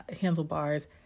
handlebars